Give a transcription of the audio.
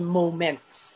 moments